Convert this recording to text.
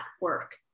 work